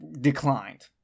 declined